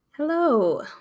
Hello